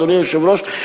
אדוני היושב-ראש,